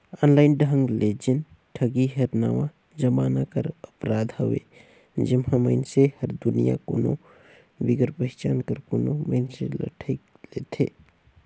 online ढंग ले जेन ठगी हर नावा जमाना कर अपराध हवे जेम्हां मइनसे हर दुरिहां कोनो बिगर पहिचान कर कोनो मइनसे ल ठइग लेथे